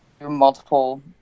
multiple